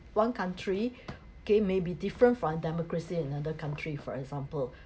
one country okay may be different from a democracy in another country for example